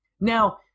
Now